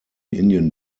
indian